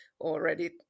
already